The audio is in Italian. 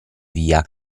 via